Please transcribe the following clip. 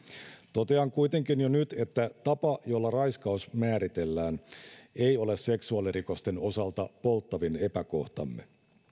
totean kuitenkin jo nyt että tapa jolla raiskaus määritellään ei ole seksuaalirikosten osalta polttavin epäkohtamme